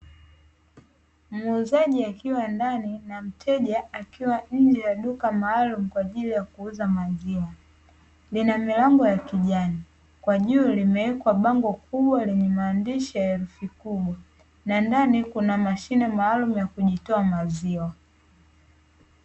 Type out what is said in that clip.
Muuzaji akiwa ndani na mteja akiwa nje ya duka maalumu kwa ajili ya kuuza maziwa, lina milango ya kijani kwa juu limewekwa bango kubwa lenye maandishi ya herufi kubwa, na ndani kuna mashine maalumu ya kujitoa maziwa.